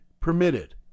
permitted